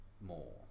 more